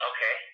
Okay